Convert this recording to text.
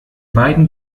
beiden